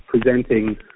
presenting